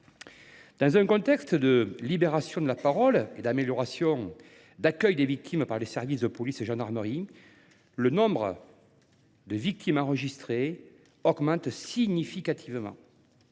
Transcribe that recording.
Dans un contexte de libération de la parole et d’amélioration des conditions de l’accueil des victimes par les services de police et de gendarmerie, le nombre de victimes enregistrées augmente constamment